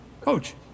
coach